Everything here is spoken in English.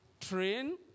train